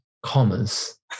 commas